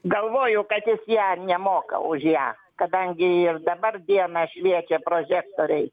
galvoju kad jis ją nemoka už ją kadangi ir dabar dieną šviečia prožektoriai